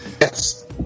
yes